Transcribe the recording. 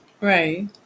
right